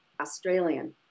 Australian